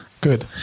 good